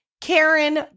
Karen